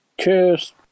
Cheers